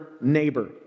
neighbor